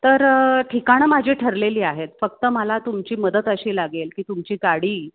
तर ठिकाणं माझी ठरलेली आहेत फक्त मला तुमची मदत अशी लागेल की तुमची गाडी